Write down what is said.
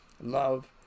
love